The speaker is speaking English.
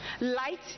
light